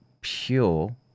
pure